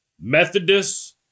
Methodist